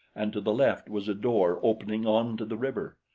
and to the left was a door opening onto the river.